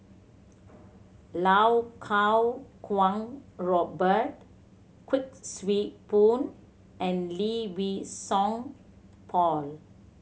Lau Kuo Kwong Robert Kuik Swee Boon and Lee Wei Song Paul